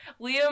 liam